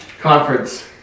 conference